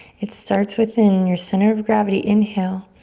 it starts within your center of gravity. inhale.